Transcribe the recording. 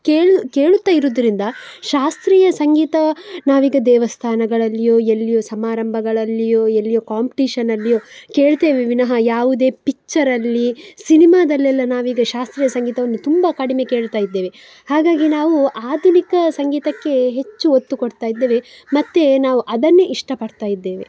ಕೇಳಿ ಕೇಳುತ್ತಾ ಇರೋದ್ರಿಂದ ಶಾಸ್ತ್ರೀಯ ಸಂಗೀತ ನಾವೀಗ ದೇವಸ್ಥಾನಗಳಲ್ಲಿಯು ಎಲ್ಲಿಯೋ ಸಮಾರಂಭಗಳಲ್ಲಿಯೋ ಎಲ್ಲಿಯೋ ಕಾಂಪ್ಟಿಶನಲ್ಲಿಯೋ ಕೇಳ್ತೇವೆ ವಿನಃ ಯಾವುದೇ ಪಿಚ್ಚರಲ್ಲಿ ಸಿನಿಮಾದಲೆಲ್ಲ ನಾವೀಗ ಶಾಸ್ತ್ರೀಯ ಸಂಗೀತವನ್ನು ತುಂಬ ಕಡಿಮೆ ಕೇಳ್ತಾ ಇದ್ದೇವೆ ಹಾಗಾಗಿ ನಾವು ಆಧುನಿಕ ಸಂಗೀತಕ್ಕೇ ಹೆಚ್ಚು ಒತ್ತು ಕೊಡ್ತಾ ಇದ್ದೇವೆ ಮತ್ತು ನಾವು ಅದನ್ನೇ ಇಷ್ಟಪಡ್ತಾ ಇದ್ದೇವೆ